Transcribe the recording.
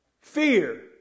fear